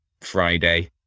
friday